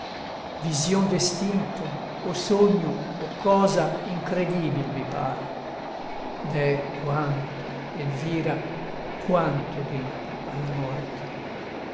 vision d'estinto o sogno o cosa incredibil mi par deh quanto elvira quanto debbo alla morte